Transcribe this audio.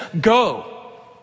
go